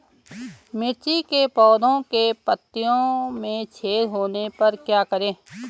मिर्ची के पौधों के पत्तियों में छेद होने पर क्या करें?